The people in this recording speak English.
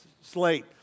slate